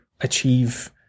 achieve